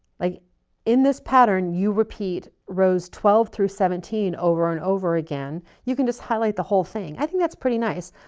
like in this pattern, you repeat rows twelve through seventeen, over and over again. you can just highlight the whole thing. i think that's pretty nice.